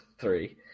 three